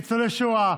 לניצולי שואה.